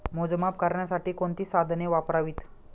मोजमाप करण्यासाठी कोणती साधने वापरावीत?